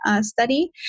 study